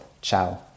Ciao